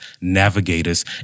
navigators